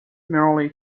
merely